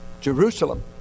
Jerusalem